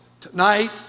Tonight